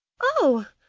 oh,